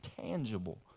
tangible